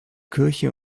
kirche